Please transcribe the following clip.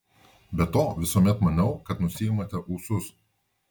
be to visuomet maniau kad nusiimate ūsus